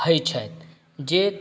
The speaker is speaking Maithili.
होइ छथि जे